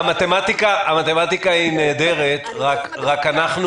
המתמטיקה נהדרת, רק אנחנו